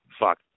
Fuck